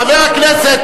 אבל כבר עשר דקות.